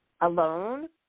alone